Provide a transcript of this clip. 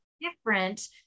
different